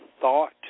thought